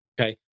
Okay